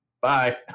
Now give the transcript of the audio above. bye